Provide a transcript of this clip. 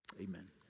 Amen